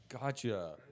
Gotcha